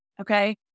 Okay